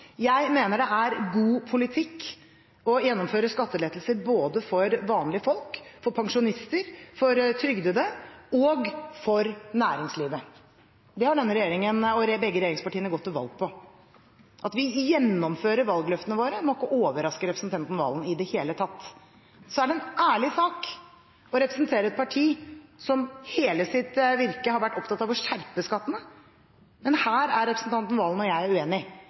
Jeg mener det er god politikk å gjennomføre skattelettelser både for vanlige folk, for pensjonister, for trygdede og for næringslivet. Det har denne regjeringen og begge regjeringspartiene gått til valg på. At vi gjennomfører valgløftene våre, må ikke overraske representanten Serigstad Valen i det hele tatt. Så er det en ærlig sak å representere et parti som i hele sitt virke har vært opptatt av å skjerpe skattene, men her er representanten Serigstad Valen og jeg